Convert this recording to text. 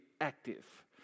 active